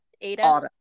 Ada